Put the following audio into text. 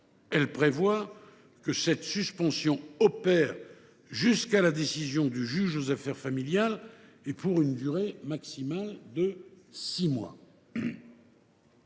Elle prévoit que cette suspension opère jusqu’à la décision du juge aux affaires familiales (JAF) et pour une durée maximale de six mois.